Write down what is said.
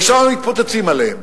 ושמה מתפוצצים עליהם.